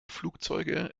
flugzeuge